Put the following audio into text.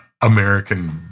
American